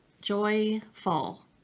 joyful